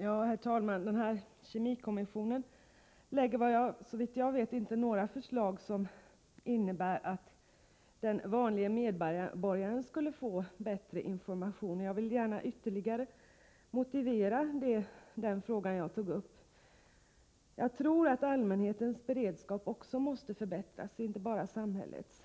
Herr talman! Kemikommissionen lägger såvitt jag vet inte fram några förslag som innebär att den vanlige medborgaren skulle få bättre information. Jag vill därför ytterligare motivera den fråga som jag ställde. Jag tror att allmänhetens beredskap, inte bara samhällets, måste förbättras.